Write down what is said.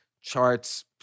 charts